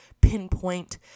pinpoint